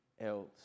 else